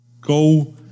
go